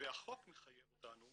והחוק מחייב אותנו